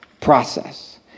process